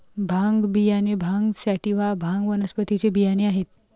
भांग बियाणे भांग सॅटिवा, भांग वनस्पतीचे बियाणे आहेत